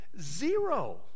Zero